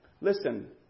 Listen